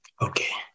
Okay